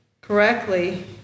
correctly